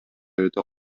өтө